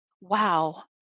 wow